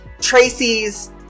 Tracy's